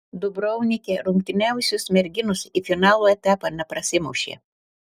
dubrovnike rungtyniavusios merginos į finalo etapą neprasimušė